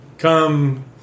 come